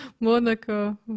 monaco